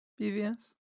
BVS